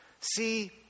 See